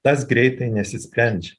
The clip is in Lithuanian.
tas greitai nesisprendžia